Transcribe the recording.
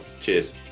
cheers